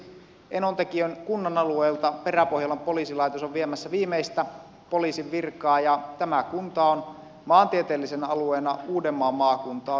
esimerkiksi enontekiön kunnan alueelta peräpohjolan poliisilaitos on viemässä viimeistä poliisin virkaa ja tämä kunta on maantieteellisenä alueena uudenmaan maakuntaa suurempi